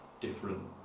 different